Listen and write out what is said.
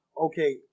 okay